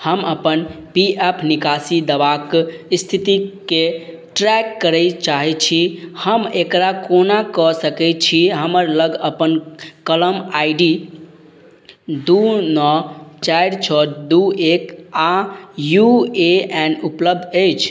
हम अपन P F निकासी दावाके इस्थितिकेँ ट्रैक करै चाहै छी हम एकरा कोना कऽ सकै छी हमरालग अपन कलम आइ डी दुइ नओ चारि छओ दुइ एक आओर यू ए एन उपलब्ध अछि